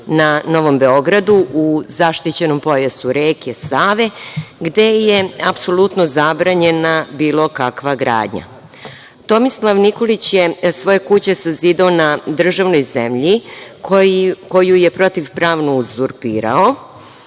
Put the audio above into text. na Novom Beogradu u zaštićenom pojasu reke Save, gde je apsolutno zabranjena bilo kakva gradnja. Tomislav Nikolić je svoje kuće sazidao na državnoj zemlji koju je protivpravno uzurpirao.